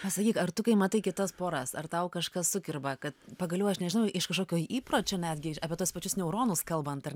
pasakyk ar tu kai matai kitas poras ar tau kažkas sukirba kad pagaliau aš nežinau iš kažkokio įpročio netgi apie tuos pačius neuronus kalbant ar